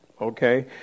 Okay